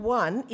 one